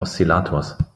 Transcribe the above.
oszillators